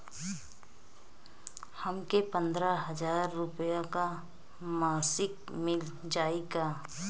हमके पन्द्रह हजार रूपया क मासिक मिल जाई का?